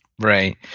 Right